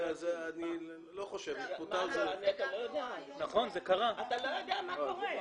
אני לא חושב, פוטר זה --- אתה לא יודע מה קורה.